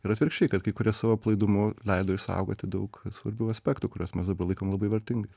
ir atvirkščiai kad kai kurie savo aplaidumu leido išsaugoti daug svarbių aspektų kuriuos mes dabar laikom labai vertingais